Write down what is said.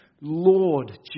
Lord